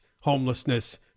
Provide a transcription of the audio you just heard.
Homelessness